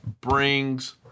brings